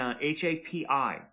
H-A-P-I